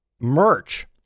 merch